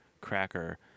cracker